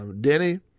Denny